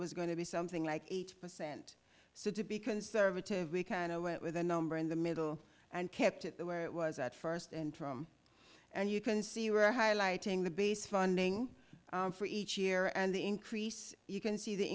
was going to be something like eight percent so to be conservative we kind of went with the number in the middle and kept it where it was at first and from and you can see you are highlighting the base funding for each year and the increase you can see the